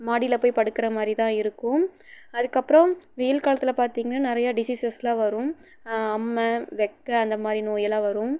மாடியில் போய் படுக்கிற மாதிரிதான் இருக்கும் அதுக்கப்புறம் வெயில் காலத்தில் பார்த்திங்ன்னா நிறைய டிசீஸ்செலாம் வரும் அம்மை வெக்கை அந்த மாதிரி நோயெலாம் வரும்